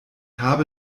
habe